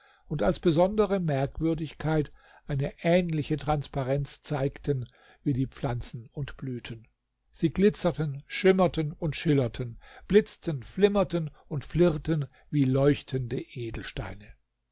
und als besondere merkwürdigkeit eine ähnliche transparenz zeigten wie die pflanzen und blüten sie glitzerten schimmerten und schillerten blitzten flimmerten und flirrten wie leuchtende edelsteine